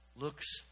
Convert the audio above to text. looks